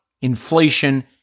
inflation